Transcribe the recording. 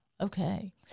Okay